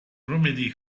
remedy